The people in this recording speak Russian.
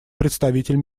представитель